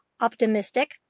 optimistic